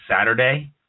Saturday